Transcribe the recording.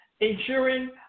Ensuring